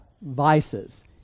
vices